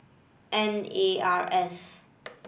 N A R S